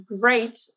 great